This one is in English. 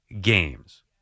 games